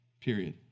period